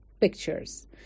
pictures